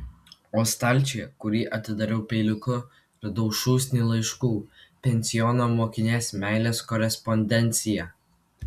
o stalčiuje kurį atidariau peiliuku radau šūsnį laiškų pensiono mokinės meilės korespondenciją